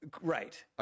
Right